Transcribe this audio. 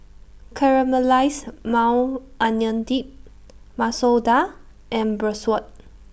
Caramelized Maui Onion Dip Masoor Dal and Bratwurst